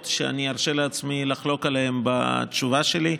שאני ארשה לעצמי לחלוק עליהן בתשובה שלי,